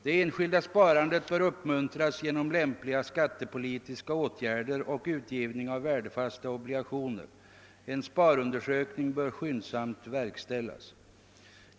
Det enskilda sparandet bör uppmuntras genom lämpliga skattepolitiska åtgärder och utgivning av värdefasta obligationer. En sparundersökning bör skyndsamt verkställas.